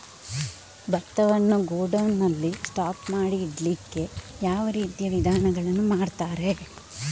ಭತ್ತವನ್ನು ಗೋಡೌನ್ ನಲ್ಲಿ ಸ್ಟಾಕ್ ಮಾಡಿ ಇಡ್ಲಿಕ್ಕೆ ಯಾವ ರೀತಿಯ ವಿಧಾನಗಳನ್ನು ಮಾಡ್ತಾರೆ?